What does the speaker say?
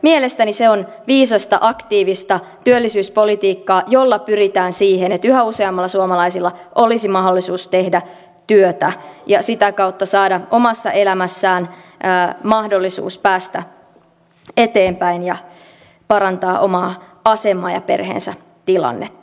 mielestäni se on viisasta aktiivista työllisyyspolitiikkaa jolla pyritään siihen että yhä useammalla suomalaisella olisi mahdollisuus tehdä työtä ja sitä kautta saada omassa elämässään mahdollisuus päästä eteenpäin ja parantaa omaa asemaansa ja perheensä tilannetta